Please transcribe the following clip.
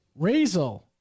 Razel